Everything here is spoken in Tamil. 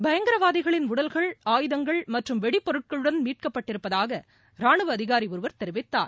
பயங்கரவாதிகளின் உடல்கள் ஆயுதங்கள் மற்றும் வெடிபொருட்களுடன் மீட்கப்பட்டிருப்பதாக ராணுவ அதிகாரி ஒருவர் தெரிவித்தார்